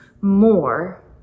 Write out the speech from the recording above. more